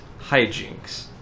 hijinks